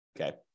Okay